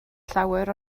llawer